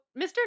Mr